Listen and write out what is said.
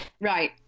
Right